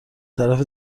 طرف